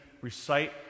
recite